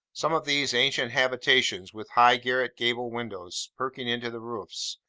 some of these ancient habitations, with high garret gable-windows perking into the roofs,